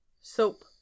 soap